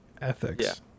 ethics